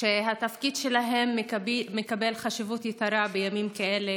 שהתפקיד שלהם מקבל חשיבות יתרה בימים כאלה,